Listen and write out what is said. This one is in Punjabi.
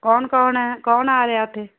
ਕੌਣ ਕੌਣ ਹੈ ਕੌਣ ਆ ਰਿਹਾ ਉੱਥੇ